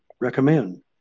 recommend